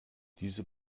diese